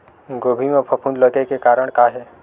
गोभी म फफूंद लगे के का कारण हे?